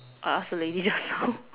I ask the lady just now